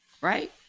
right